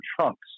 trunks